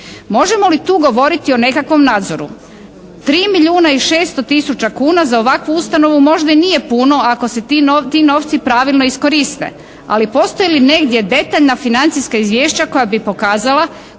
Možemo li tu govoriti o nekakvom nadzoru. 3 milijuna i 600 tisuća kuna za ovakvu ustanovu možda i nije puno ako se ti novci pravilno iskoriste, ali postoji li negdje detaljna financijska izvješća koja bi pokazala